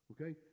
Okay